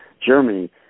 Germany